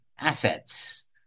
assets